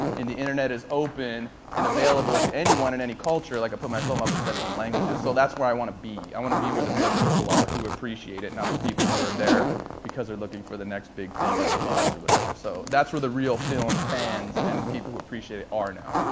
the internet is open and available to anyone in any culture. like i put my film up in seventeen languages. so that's where i want to be. i want to be where the real people are who appreciate it, not people who are there because they're looking for the next big thing or the buzz or whatever. so that's where the real film fans and people who appreciate it are now.